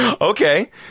Okay